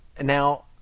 now